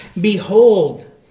Behold